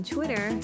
Twitter